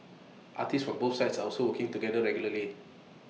artists from both sides also work together regularly